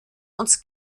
uns